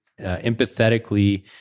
empathetically